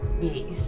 Yes